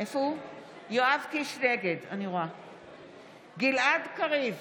נגד גלעד קריב,